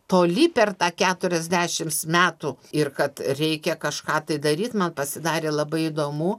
toli per tą keturiasdešims metų ir kad reikia kažką tai daryt man pasidarė labai įdomu